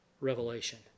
revelation